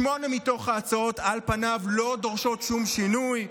שמונה מההצעות על פניו לא דורשות שום שינוי,